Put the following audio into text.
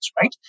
right